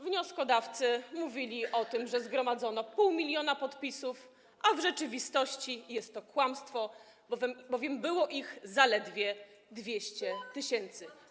Wnioskodawcy mówili o tym, że zgromadzono pół miliona podpisów, a w rzeczywistości jest to kłamstwo, było ich bowiem zaledwie 200 tys.